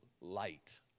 light